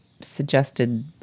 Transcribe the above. suggested